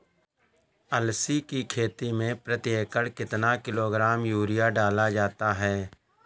अलसी की खेती में प्रति एकड़ कितना किलोग्राम यूरिया डाला जाता है?